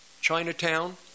Chinatown